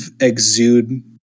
exude